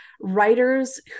writers